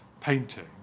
painting